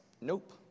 nope